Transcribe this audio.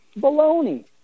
Baloney